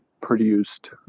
produced